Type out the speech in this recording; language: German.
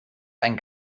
ein